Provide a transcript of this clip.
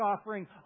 offering